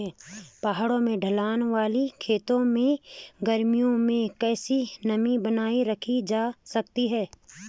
पहाड़ों में ढलान वाले खेतों में गर्मियों में कैसे नमी बनायी रखी जा सकती है?